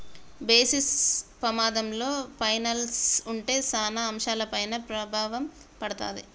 basis పమాధంలో finals ఉంటే సాన అంశాలపైన ప్రభావం పడతాది